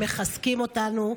הם מחזקים אותנו,